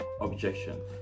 objection